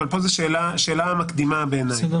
אבל פה יש שאלה מקדימה בעיניי,